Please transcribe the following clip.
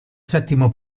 settimo